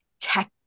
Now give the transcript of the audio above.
tech